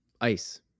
ice